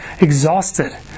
exhausted